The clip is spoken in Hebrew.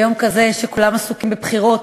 ביום כזה, כשכולם עסוקים בבחירות,